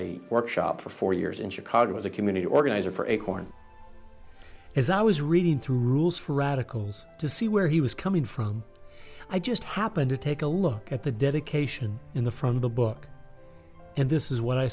a workshop for four years in chicago as a community organizer for acorn as i was reading through rules for radicals to see where he was coming from i just happened to take a look at the dedication in the from the book and this is what i